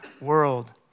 world